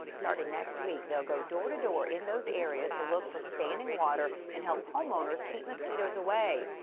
starting next week. they'll go door-to-door in those areas. to look for standing water, and help homeowners keep mosquitos away.